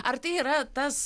ar tai yra tas